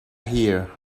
here